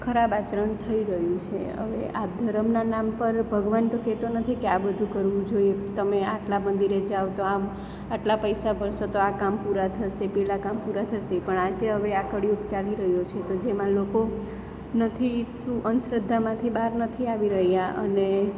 ખરાબ આચરણ થઈ રહ્યું છે હવે આ ધરમના નામ પર ભગવાન તો કહેતો નથી કે આ બધું કરવું જોઈએ તમે આટલા મંદિર જાઓ તો આમ આટલા પૈસા ભરશો તો આ કામ પૂરા થશે પેલા કામ પૂરા થશે પણ આજે હવે આ કળિયુગ ચાલી રહ્યો છે તો જેમાં લોકો નથી શું અંધશ્રદ્ધામાંથી બહાર નથી આવી રહ્યા અને